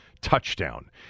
touchdown